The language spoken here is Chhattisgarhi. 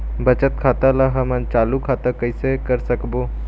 बचत खाता ला हमन चालू खाता कइसे कर सकबो?